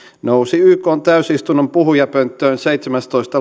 nousi ykn täysistunnon puhujapönttöön seitsemästoista